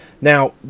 Now